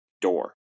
door